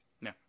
No